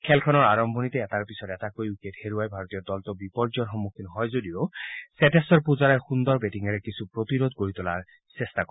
খেলখনৰ আৰম্ভণিতে এটাৰ পিছত এটাকৈ কেইবাটাও উইকেট হেৰুৱাই ভাৰতীয় দলটো বিপৰ্যয়ৰ সন্মুখীন হয় যদিও শ্বেতেশ্বৰ পূজাৰাই সুন্দৰ বেটিঙেৰে কিছু প্ৰতিৰোধ গঢ়ি তোলাৰ চেষ্টা কৰে